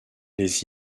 les